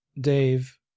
Dave